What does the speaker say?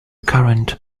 current